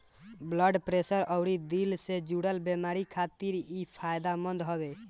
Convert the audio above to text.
blood pressure अउरी दिल से जुड़ल बेमारी खातिर इ फायदेमंद हवे